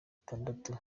batandatu